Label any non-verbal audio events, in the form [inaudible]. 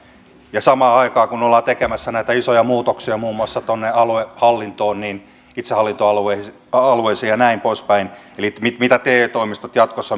samaan aikaan ollaan tekemässä näitä isoja muutoksia muun muassa tuonne aluehallintoon itsehallintoalueisiin ja näin poispäin eli missä te toimistot jatkossa [unintelligible]